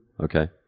okay